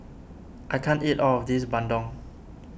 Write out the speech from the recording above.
I can't eat all of this Bandung